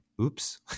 oops